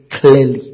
clearly